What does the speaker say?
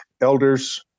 elders